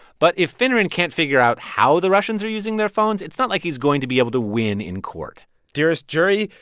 but if anyone can't figure out how the russians are using their phones it's not like he's going to be able to win in court dearest jury,